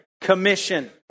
commission